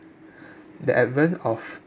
the advent of